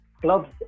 clubs